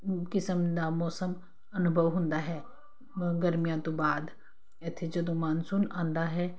ਕਿਸਮ ਦਾ ਮੌਸਮ ਅਨੁਭਵ ਹੁੰਦਾ ਹੈ ਗਰਮੀਆਂ ਤੋਂ ਬਾਅਦ ਇੱਥੇ ਜਦੋਂ ਮਾਨਸੂਨ ਆਉਂਦਾ ਹੈ